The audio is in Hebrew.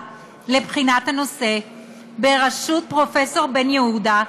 לבחינת הנושא בראשות פרופסור בן-יהודה,